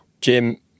Jim